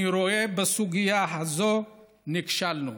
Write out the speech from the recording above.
אני רואה בסוגיה הזאת, נכשלנו.